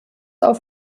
auf